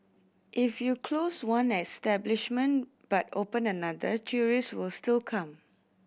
if you close one establishment but open another tourists will still come